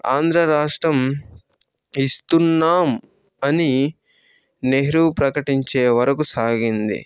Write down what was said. ఆంధ్రరాష్ట్రం ఇస్తున్నాం అని నెహ్రూ ప్రకటించే వరకు సాగింది